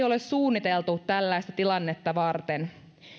ole suunniteltu tällaista tilannetta varten